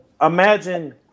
imagine